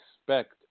expect